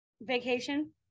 vacation